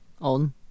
on